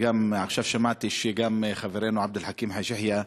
ועכשיו שמעתי שגם חברנו עבד אל חכים חאג' יחיא,